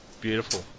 Beautiful